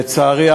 לצערי,